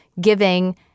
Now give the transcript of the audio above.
giving